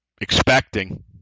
expecting